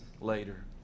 later